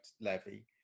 levy